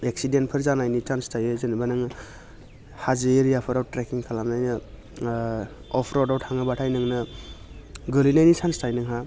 एक्सिडेन्टफोर जानायनि चान्स थायो जेनेबा नोङो हाजो एरियाफोराव ट्रेकिं खालामनायाव अफ रड आव थांनोब्लाथाय नोंनो गोग्लैनायनि चान्स थायो नोंहा